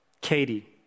Katie